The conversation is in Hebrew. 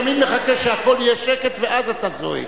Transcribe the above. תמיד אתה מחכה שהכול יהיה שקט ואז אתה זועק.